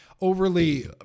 overly